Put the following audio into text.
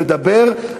לדבר,